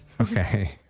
Okay